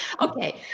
Okay